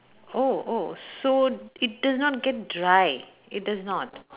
oh oh so it does not get dry it does not